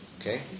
Okay